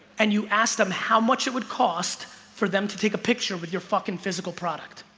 and you ask them how much it would cost for them to take a picture with your fucking physical product?